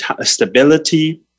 stability